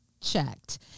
checked